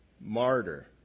martyr